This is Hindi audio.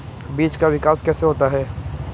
बीज का विकास कैसे होता है?